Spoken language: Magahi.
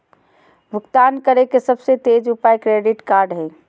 भुगतान करे के सबसे तेज उपाय क्रेडिट कार्ड हइ